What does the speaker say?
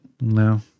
No